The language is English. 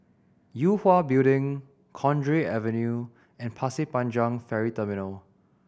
Yue Hwa Building Cowdray Avenue and Pasir Panjang Ferry Terminal